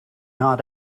not